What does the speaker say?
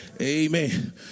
Amen